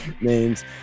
names